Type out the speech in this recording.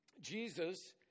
Jesus